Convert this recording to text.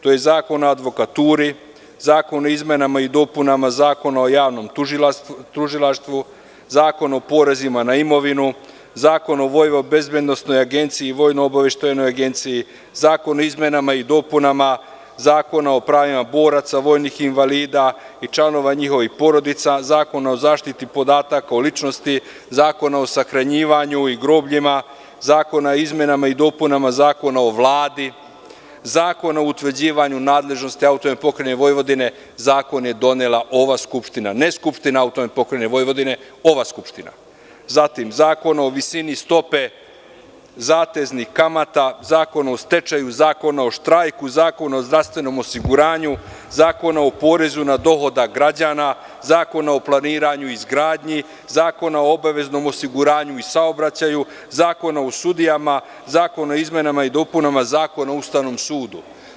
To je Zakon o advokaturi, zakon o izmenama i dopunama Zakona o javnom tužilaštvu, Zakon o porezima na imovinu, Zakon o VOA i VBA, zakon o izmenama i dopunama Zakona o pravima boraca, vojnih invalida i članova njihovih porodica, Zakon o zaštiti podataka o ličnosti, Zakon o sahranjivanju i grobljima, zakon o izmenama i dopunama Zakona o Vladi, Zakon o utvrđivanju nadležnosti AP Vojvodine, te zakone je donela ova skupština, ne Skupština AP Vojvodine, ova skupština, Zakon o visini stope zateznih kamata, Zakon o stečaju, Zakon o štrajku, Zakon o zdravstvenom osiguranju, Zakon o porezu na dohodak građana, Zakon o planiranju i izgradnji, Zakon o obaveznom osiguranju i saobraćaju, Zakon o sudijama, zakon o izmenama i dopunama Zakona o Ustavnom sudu.